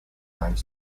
time